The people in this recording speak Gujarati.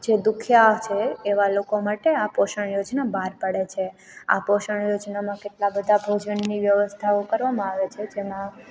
જે દુખિયા છે એવા લોકો માટે આ પોષણ યોજના બહાર પાડે છે આ પોષણ યોજનામાં કેટલા બધા ભોજનની વ્યવસ્થાઓ કરવામાં આવે છે જેમાં